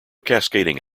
cascading